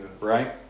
Right